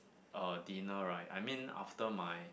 uh dinner right I mean after my